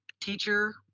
teacher